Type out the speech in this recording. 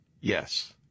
Yes